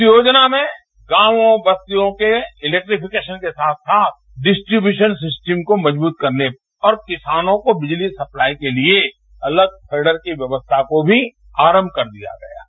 इस योजना में गांवों बस्तियों के इलेक्ट्रीफिकेशन के साथ साथ डिस्ट्रीब्यूशन सिस्टम को मजबूत करने और किसानों को बिजली सप्लाई के लिए अलग केडर की व्यवस्था को भी आरंभ कर दिया है